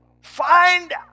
find